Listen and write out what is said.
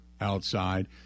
outside